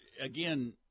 again